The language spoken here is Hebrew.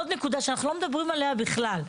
עוד נקודה שאנחנו לא מדברים עליה בכלל.